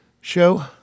show